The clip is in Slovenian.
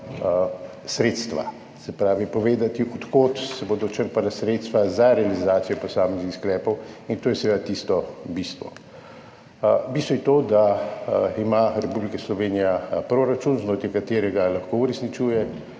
sredstva, se pravi povedati, od kod se bodo črpala sredstva za realizacijo posameznih sklepov, kar je seveda bistvo. Bistvo je to, da ima Republika Slovenija proračun, znotraj katerega lahko uresničuje